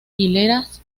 hileras